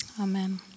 Amen